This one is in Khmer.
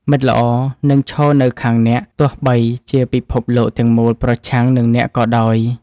មិត្តល្អនឹងឈរនៅខាងអ្នក ទោះបីជាពិភពលោកទាំងមូលប្រឆាំងនឹងអ្នកក៏ដោយ។